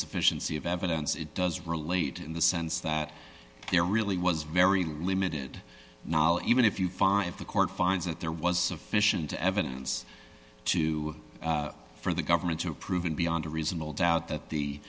sufficiency of evidence it does relate in the sense that there really was very limited knowledge even if you five the court finds that there was sufficient evidence to for the government to proven beyond a reasonable doubt that the